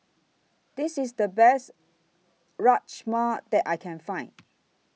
This IS The Best Rajma that I Can Find